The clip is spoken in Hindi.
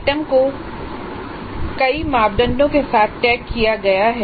आइटम को कई मापदंडों के साथ टैग किया गया है